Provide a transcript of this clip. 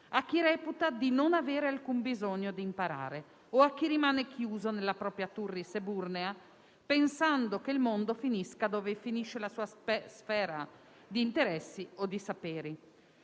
a chi reputa di non avere alcun bisogno di imparare o a chi rimane chiuso nella propria *turris eburnea*, pensando che il mondo finisca dove finisce la sua sfera di interessi o di saperi.